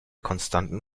konstanten